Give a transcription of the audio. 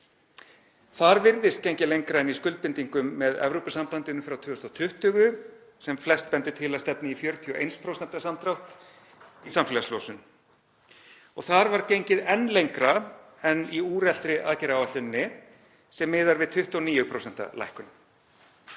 Þar virðist gengið lengra en í skuldbindingum með Evrópusambandinu frá 2020 sem flest bendir til að stefni í 41% samdrátt í samfélagslosun og þar var gengið enn lengra en í úreltu aðgerðaáætluninni sem miðar við 29% lækkun.